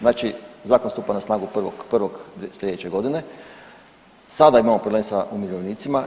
Znači zakon stupa na snagu 1.1. slijedeće godine, sada imamo problem sa umirovljenicima.